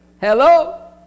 Hello